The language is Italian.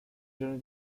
giorno